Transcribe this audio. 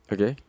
Okay